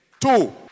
Two